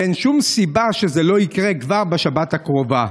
ואין שום סיבה שזה לא יקרה כבר בשבת הקרובה.